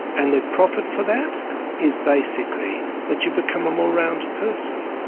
and the profit for that is basically that you become a more rounded person,